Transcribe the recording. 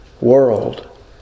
world